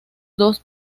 dos